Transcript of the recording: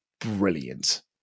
brilliant